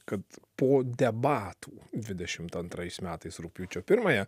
kad po debatų dvidešimt antrais metais rugpjūčio pirmąją